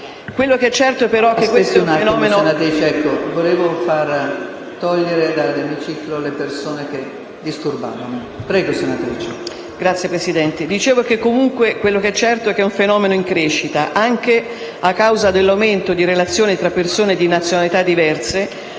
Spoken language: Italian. Quel che è certo è che il fenomeno è in crescita, anche a causa dell'aumento di relazioni tra persone di nazionalità diverse;